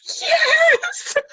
Yes